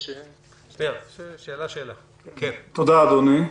תודה אדוני.